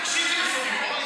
תקשיבי לפעמים.